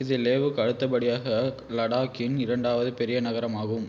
இது லேவுக்கு அடுத்தபடியாக லடாக்கின் இரண்டாவது பெரிய நகரமாகும்